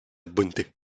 bonté